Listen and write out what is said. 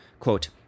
quote